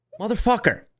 motherfucker